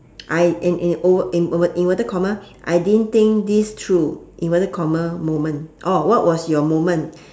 I in in o in inverted comma I didn't think this through inverted comma moment oh what was your moment